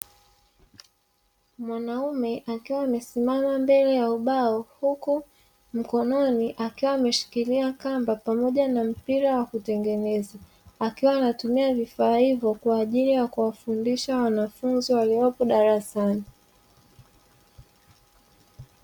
Mwanaume akiwa amesimama mbele ya ubao huku mkononi akiwa ameshikilia kamba pamoja na mpira wa kutengeneza; akiwa anatumia vifaa hivyo kwa ajili ya kuwafundishia wanafunzi walioko darasani.